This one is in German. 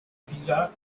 vieler